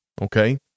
okay